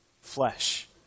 Flesh